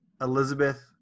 Elizabeth